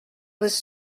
was